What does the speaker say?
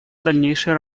дальнейшей